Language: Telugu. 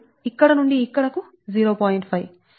5